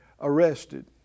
arrested